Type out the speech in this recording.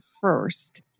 first